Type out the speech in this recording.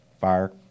fire